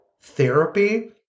therapy